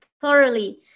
thoroughly